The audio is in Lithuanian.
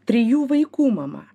trijų vaikų mama